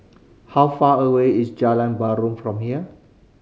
how far away is Jalan Basong from here